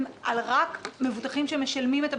כן יש חשיבות לתת את השירות הזה לכלל